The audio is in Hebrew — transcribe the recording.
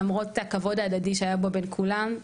למרות הכבוד ההדדי שהיה פה בין כולם,